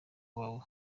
wawe